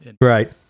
right